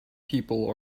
people